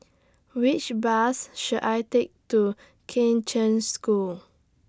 Which Bus should I Take to Kheng Cheng School